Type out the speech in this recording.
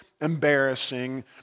embarrassing